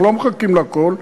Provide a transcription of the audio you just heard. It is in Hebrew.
אנחנו לא מחכים לכל,